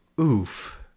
Oof